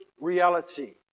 reality